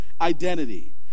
identity